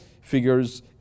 figures